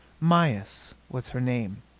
mayis was her name.